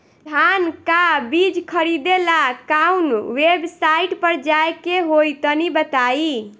धान का बीज खरीदे ला काउन वेबसाइट पर जाए के होई तनि बताई?